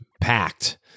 packed